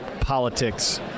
politics